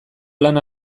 lana